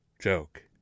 joke